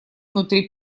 внутри